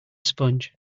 sponge